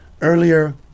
earlier